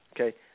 okay